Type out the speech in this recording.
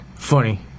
Funny